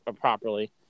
properly